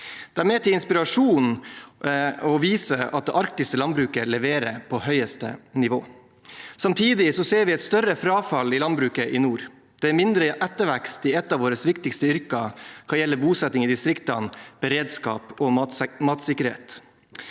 De er til inspirasjon og viser at det arktiske landbruket leverer på høyeste nivå. Samtidig ser vi et større frafall i landbruket i nord. Det er mindre ettervekst i et av våre viktigste yrker hva gjelder bosetting i distriktene, beredskap og matsikkerhet.